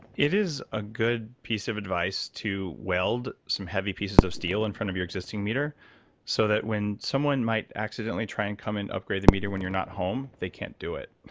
it is a good piece of advice to weld some heavy pieces of steel in front of your existing meter so that when someone might accidentally try and and upgrade the meter when you're not home, they can't do it.